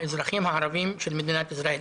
האזרחים הערבים של מדינת ישראל.